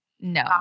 No